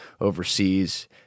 overseas